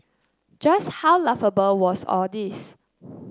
just how laughable was all this